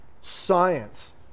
science